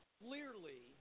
clearly